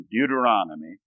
Deuteronomy